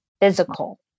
physical